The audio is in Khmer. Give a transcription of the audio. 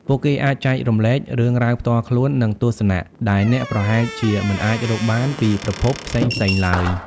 ពួកគេអាចចែករំលែក រឿងរ៉ាវផ្ទាល់ខ្លួន និងទស្សនៈ ដែលអ្នកប្រហែលជាមិនអាចរកបានពីប្រភពផ្សេងៗឡើយ។